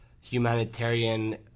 humanitarian